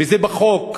וזה בחוק: